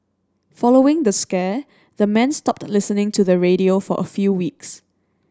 following the scare the men stopped listening to the radio for a few weeks